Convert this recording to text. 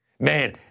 Man